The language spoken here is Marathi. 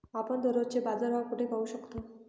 आपण दररोजचे बाजारभाव कोठे पाहू शकतो?